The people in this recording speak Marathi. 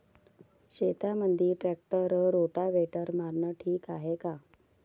शेतामंदी ट्रॅक्टर रोटावेटर मारनं ठीक हाये का?